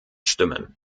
stimmen